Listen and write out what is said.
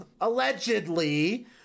Allegedly